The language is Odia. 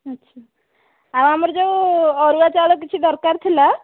ଆଚ୍ଛା ଆଉ ଆମର ଯେଉଁ ଅରୁଆ ଚାଉଳ କିଛି ଦରକାର ଥିଲା